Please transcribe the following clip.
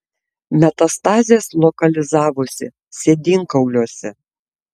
metastazės lokalizavosi sėdynkauliuose